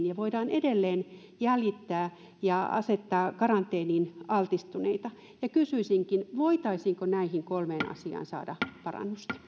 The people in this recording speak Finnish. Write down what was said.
ja heitä voidaan edelleen jäljittää ja asettaa altistuneita karanteeniin kysyisinkin voitaisiinko näihin kolmeen asiaan saada parannusta